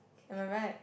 am I right